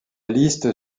liste